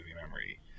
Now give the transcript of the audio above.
memory